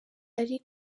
ari